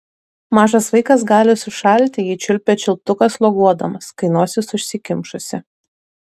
mažas vaikas gali sušalti jei čiulpia čiulptuką sloguodamas kai nosis užsikimšusi